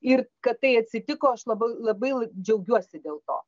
ir kad tai atsitiko aš labai labai džiaugiuosi dėl to